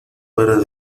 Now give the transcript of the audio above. para